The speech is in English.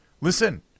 listen